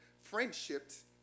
friendships